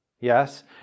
Yes